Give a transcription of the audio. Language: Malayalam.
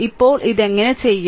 ഇപ്പോൾ ഇത് എങ്ങനെ ചെയ്യും